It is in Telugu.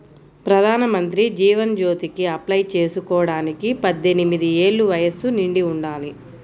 ప్రధానమంత్రి జీవన్ జ్యోతికి అప్లై చేసుకోడానికి పద్దెనిది ఏళ్ళు వయస్సు నిండి ఉండాలి